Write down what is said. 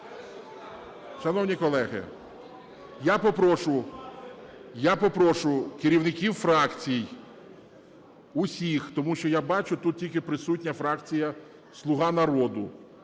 Шановні колеги, я попрошу керівників фракцій усіх, тому що я бачу тут тільки присутня фракція "Слуга народу"